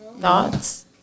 Thoughts